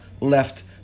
left